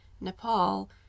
nepal